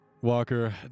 Walker